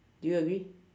do you agree